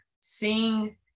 seeing